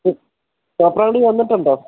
തോപ്രാംകുടി വന്നിട്ടുണ്ടോ